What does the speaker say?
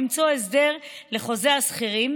למצוא הסדר לחוזה השכירות,